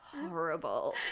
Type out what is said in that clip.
horrible